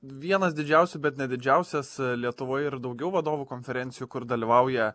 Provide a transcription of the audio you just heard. vienas didžiausių bet ne didžiausias lietuvoje ir daugiau vadovų konferencijų kur dalyvauja